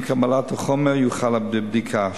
עם קבלת החומר יוחל בבדיקה.